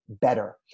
better